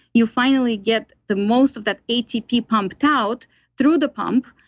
you finally get the most of that atp pumped out through the pump.